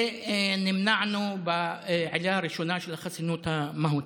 ונמנענו בעילה הראשונה, של החסינות המהותית.